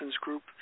group